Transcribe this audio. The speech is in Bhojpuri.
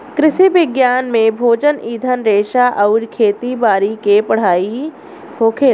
कृषि विज्ञान में भोजन, ईंधन रेशा अउरी खेती बारी के पढ़ाई होखेला